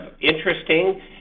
interesting